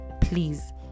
please